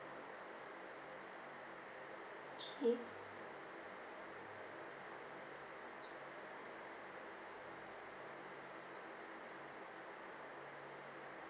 okay